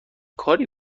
کاری